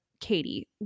Katie